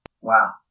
Wow